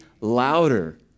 louder